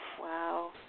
Wow